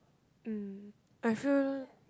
mm I feel